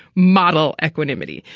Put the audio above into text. model equanimity.